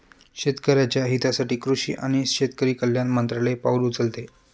शेतकऱ्याच्या हितासाठी कृषी आणि शेतकरी कल्याण मंत्रालय पाउल उचलते